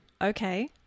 Okay